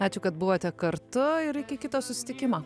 ačiū kad buvote kartu ir iki kito susitikimo